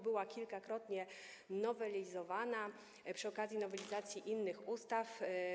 Była kilkakrotnie nowelizowana przy okazji nowelizacji innych ustaw.